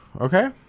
okay